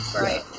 right